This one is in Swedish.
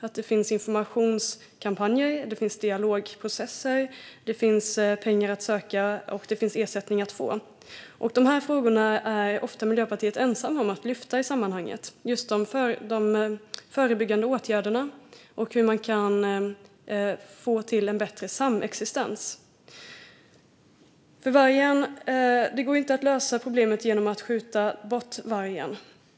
Det ska finnas informationskampanjer, dialogprocesser, pengar att söka och ersättning att få. Dessa frågor just kring de förebyggande åtgärderna och hur man kan få till en bättre samexistens är ofta Miljöpartiet ensamt om att lyfta i sammanhanget. Det går inte att lösa problemet genom att skjuta bort vargen.